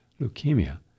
leukemia